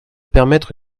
permettre